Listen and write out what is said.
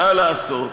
מה לעשות,